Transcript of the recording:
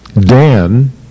Dan